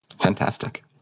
Fantastic